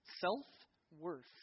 Self-worth